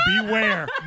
beware